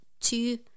two